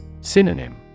Synonym